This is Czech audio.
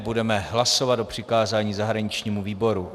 Budeme hlasovat o přikázání zahraničnímu výboru.